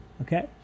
Okay